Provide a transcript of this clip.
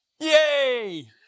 Yay